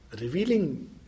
revealing